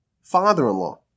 father-in-law